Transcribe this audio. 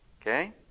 Okay